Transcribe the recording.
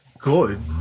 good